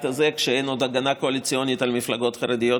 הזה כשאין עוד הגנה קואליציונית על מפלגות חרדיות,